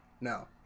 No